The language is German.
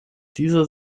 dieser